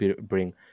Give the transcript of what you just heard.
bring